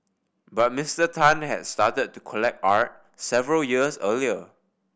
but Mister Tan had started to collect art several years earlier